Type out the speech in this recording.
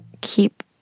keep